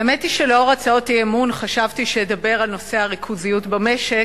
האמת היא שלאור הצעת האי-אמון חשבתי שאדבר על נושא הריכוזיות במשק.